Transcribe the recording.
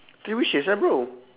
three wishes ah bro